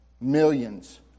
millions